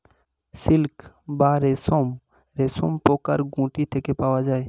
silk বা রেশম রেশমপোকার গুটি থেকে পাওয়া যায়